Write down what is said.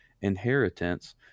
inheritance